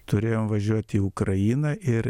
turėjom važiuot į ukrainą ir